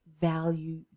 value